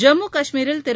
ஜம்மு காஷ்மீரில் திரு